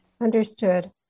Understood